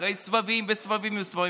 אחרי סבבים וסבבים וסבבים.